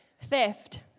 Theft